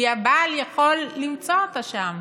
כי הבעל יכול למצוא אותה שם,